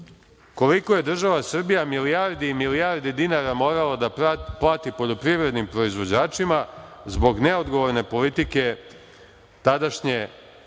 koliko je država Srbija milijardi i milijardi dinara morala da plati poljoprivrednim proizvođačima zbog neodgovorne politike tadašnje vlasti,